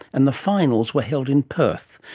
and the finals were held in perth.